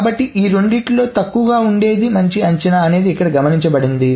కాబట్టి ఈ రెండింటిలో తక్కువ ఉండేది మంచి అంచనా అనేది ఇక్కడ గమనించబడింది